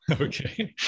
Okay